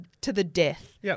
to-the-death